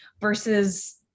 versus